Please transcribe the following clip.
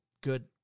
good